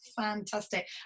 fantastic